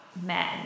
men